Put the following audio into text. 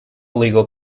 legal